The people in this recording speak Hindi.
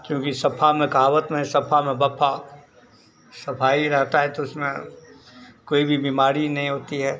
क्योंकि सफा में कहावत में है सफा में वफा सफाई रहता है तो उसमें कोई भी बीमारी नहीं होती है